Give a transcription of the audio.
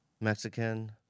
Mexican